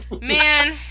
Man